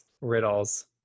riddles